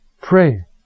pray